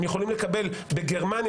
הם יכולים לקבל בגרמניה,